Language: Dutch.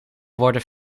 worden